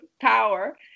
Power